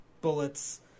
bullets